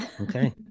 Okay